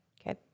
Okay